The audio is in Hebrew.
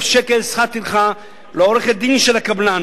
שקל שכר טרחה לעורכת-דין של הקבלן.